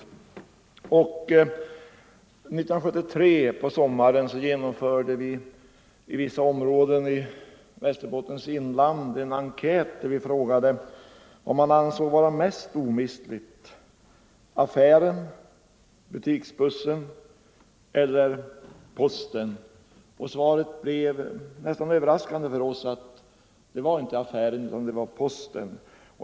År 1973 på sommaren gjordes en enkät i vissa områden i Västerbottens inland, där vi frågade vilket man ansåg Ang. postservicen åt vara mest omistligt: affären, butiksbussen eller posten. Svaret blev, vilket — landsbygdsbefolkvar överraskande för oss, att det inte var affären utan posten.